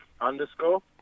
underscore